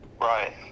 Right